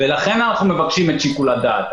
ולכן אנחנו מבקשים את שיקול הדעת.